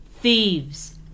thieves